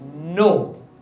No